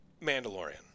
Mandalorian